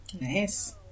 Nice